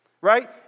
Right